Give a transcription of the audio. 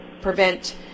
prevent